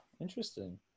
interesting